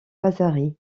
vasari